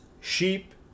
sheep